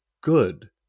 good